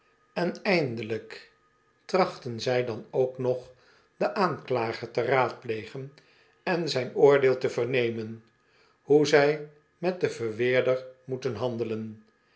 en eindelijk trachtten zij dan ook nog den aanklager te raadplegen en zijn oordeel te vernemen hoe zij met den verweerder moeten handelen